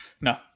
No